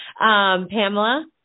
Pamela